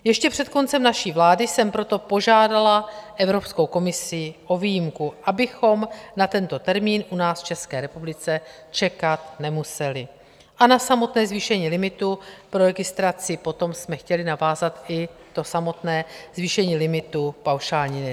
Ještě před koncem naší vlády jsem proto požádala Evropskou komisi o výjimku, abychom na tento termín u nás v České republice čekat nemuseli, a na samotné zvýšení limitu pro registraci potom jsme chtěli navázat i samotné zvýšení limitu paušální daně.